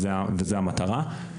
וזו המטרה.